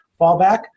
fallback